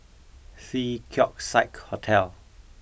The Keong Saik Hotel